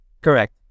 Correct